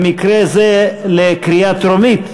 במקרה זה לקריאה טרומית,